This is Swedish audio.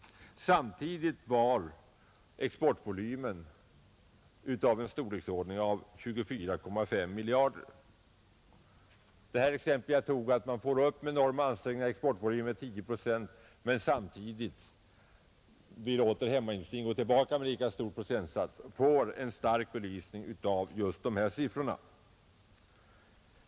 Samtidigt var exportvolymen av storleken 24,5 miljarder kronor. Verkningarna om man med enorma ansträngningar får upp exportvolymen 10 procent och samtidigt låter hemmaindustrin gå tillbaka med samma procenttal — belyses av just dessa siffror.